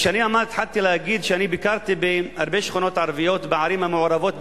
אני התחלתי להגיד שאני ביקרתי בהרבה שכונות ערביות בערים המעורבות,